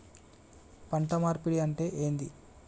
పంట మార్పిడి అంటే ఏంది?